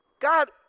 God